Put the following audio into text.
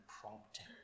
prompting